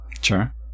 Sure